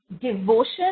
devotion